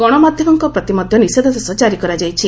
ଗଣମାଧ୍ୟମଙ୍କ ପ୍ରତି ମଧ୍ୟ ନିଷେଧାଦେଶ ଜାରି କରାଯାଇଛି